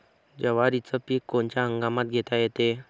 जवारीचं पीक कोनच्या हंगामात घेता येते?